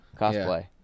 cosplay